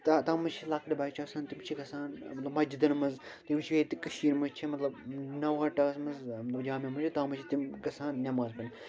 تہٕ تتھ منٛز چھِ لۅکٕٹۍ بچہِ آسان تِم چھِ گَژھان مطلب مسجِدن منٛز تِم چھِ ییٚتہِ تہِ کٔشیٖرِ منٛز چھِ مطلب نوہٹاہس منٛز جامِع مسجِد تتھ منٛز چھِ تِم گَژھان نٮ۪ماز پرنہِ